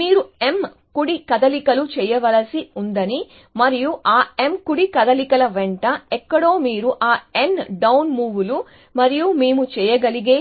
మీరు m కుడి కదలికలు చేయవలసి ఉందని మరియు ఆ m కుడి కదలికల వెంట ఎక్కడో మీరు ఆ n డౌన్ మూవ్లు మరియు మేము చేయగలిగే